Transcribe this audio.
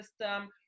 system